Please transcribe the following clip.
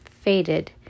faded